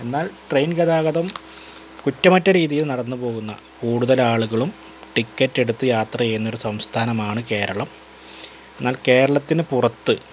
എന്നാൽ ട്രെയിൻ ഗതാഗതം കുറ്റമറ്റ രീതിയിൽ നടന്നു പോകുന്ന കൂടുതൽ ആളുകളും ടിക്കറ്റ് എടുത്ത് യാത്ര ചെയ്യുന്നൊരു സംസ്ഥാനമാണ് കേരളം എന്നൽ കേരളത്തിന് പുറത്ത്